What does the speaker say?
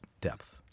depth